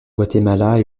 guatemala